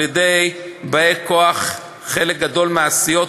על-ידי באי-כוח חלק גדול מהסיעות,